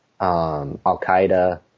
Al-Qaeda